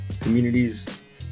communities